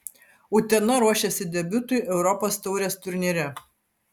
utena ruošiasi debiutui europos taurės turnyre